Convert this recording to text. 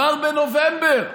כבר בנובמבר.